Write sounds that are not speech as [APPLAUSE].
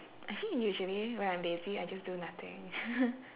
actually usually when I'm lazy I just do nothing [NOISE]